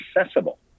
accessible